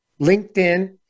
LinkedIn